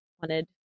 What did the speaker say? wanted